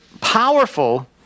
powerful